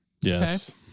Yes